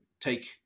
take